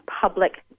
public